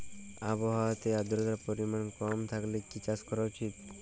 আবহাওয়াতে আদ্রতার পরিমাণ কম থাকলে কি চাষ করা উচিৎ?